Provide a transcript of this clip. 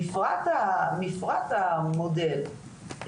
מפרט המודל,